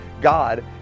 God